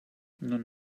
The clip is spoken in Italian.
non